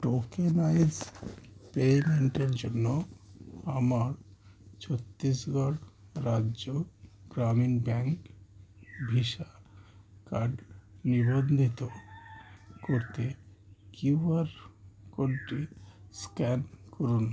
tokenised পেমেন্টের জন্য আমার ছত্তিশগড় রাজ্য গ্রামীণ ব্যাঙ্ক ভিসা কাড নিবন্ধিত করতে কিউআর কোডটি স্ক্যান করুন